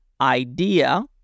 idea